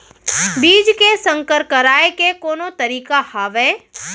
बीज के संकर कराय के कोनो तरीका हावय?